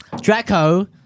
Draco